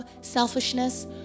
selfishness